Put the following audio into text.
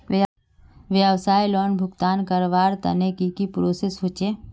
व्यवसाय लोन भुगतान करवार तने की की प्रोसेस होचे?